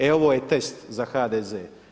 E ovo je test za HDZ.